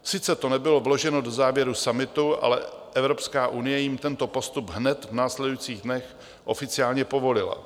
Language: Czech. Sice to nebylo vloženo do záběru summitu, ale Evropská unie jim tento postup hned v následujících dnech oficiálně povolila.